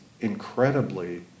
incredibly